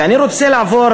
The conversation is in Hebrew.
ואני רוצה לעבור,